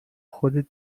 خودت